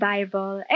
Bible